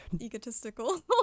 egotistical